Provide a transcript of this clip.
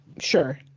Sure